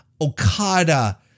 Okada